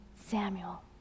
Samuel